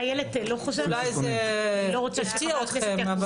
אולי זה יפתיע אתכם.